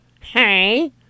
hey